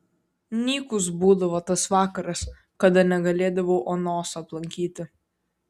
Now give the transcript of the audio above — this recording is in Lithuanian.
nykus būdavo tas vakaras kada negalėdavau onos aplankyti